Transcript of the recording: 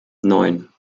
neun